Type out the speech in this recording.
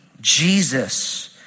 Jesus